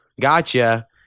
gotcha